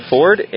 Ford